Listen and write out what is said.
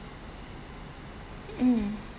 mm